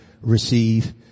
receive